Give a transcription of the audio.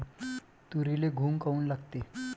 तुरीले घुंग काऊन लागते?